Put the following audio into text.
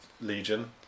Legion